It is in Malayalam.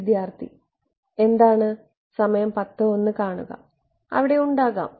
വിദ്യാർത്ഥി എന്താണ് അവിടെ ഉണ്ടാകാം